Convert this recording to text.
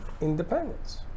independence